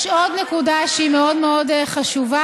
יש עוד נקודה שהיא מאוד מאוד חשובה,